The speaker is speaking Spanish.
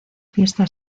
fiesta